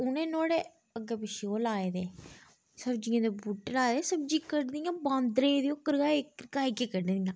उनें नुआड़े अग्गें पिच्छे ओह् लाए देे सब्जियें दे बूह्टे लाए दे सब्जी कडदियां बांदरें ते ओह् घरकाई घरकाई कडदियां